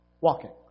walking